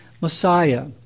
Messiah